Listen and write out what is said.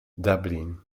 dublin